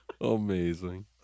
Amazing